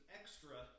extra